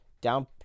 down